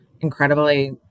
incredibly